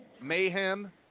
Mayhem